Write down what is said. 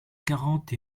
quarante